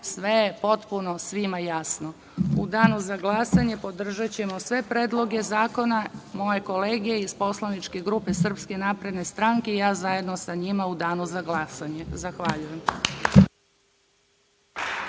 sve je potpuno svima jasno.U danu za glasanje podržaćemo sve predloge zakona, moje kolege iz poslaničke grupe SNS i ja zajedno sa njima u danu za glasanje. Zahvaljujem.